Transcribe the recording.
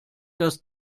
dass